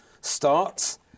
starts